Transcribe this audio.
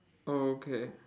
okay